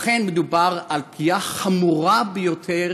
לכן, מדובר בפגיעה חמורה ביותר